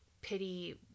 pity